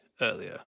earlier